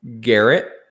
Garrett